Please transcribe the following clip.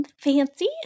fancy